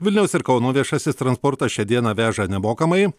vilniaus ir kauno viešasis transportas šią dieną veža nemokamai